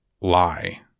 lie